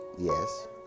Yes